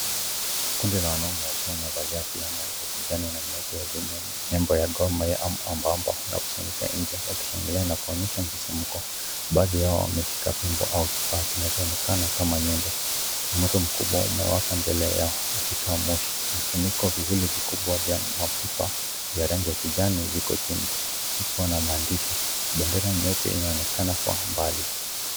Kundi la wanaume wakiwa wamevalia fulana za kijani na nyeupe zenye nembo ya goma ya ambamba wanakusanyika nje wakishangilia na kuonyesha msisimko. Baadhi yao wameshika fimbo au kifaa kinachoonekana kama nyundo. Moto mkubwa umewaka mbele yao ukitoa moshi. Vifuniko viwili vikubwa vya mapipa ya rangi ya kijani viko chini kikiwa na maandishi. Bendera nyupe inaonekana kwa mbali.